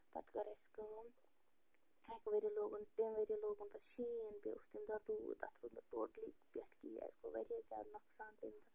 پتہٕ کٔر اَسہِ کٲم اَکہِ ؤریہِ لوگُن تَمہِ ؤریہِ لوگُن تَتھ شیٖن بیٚیہِ اوس تَمہِ دۄہ روٗد تتھ روٗد نہٕ ٹوٹلی پٮ۪ٹھ کِہیٖنۍ اَسہِ گوٚو وارِیاہ زیادٕ نۄقصان تَمہِ دۄہ